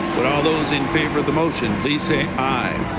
would all those in favor of the motion please say aye.